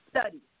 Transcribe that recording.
Study